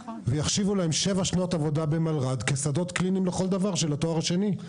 יחשיבו להם שבע שנות עבודה במלר"ד כשדות קליניים לכל דבר של התואר השני.